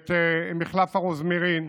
ואת מחלף הרוזמרין,